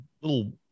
little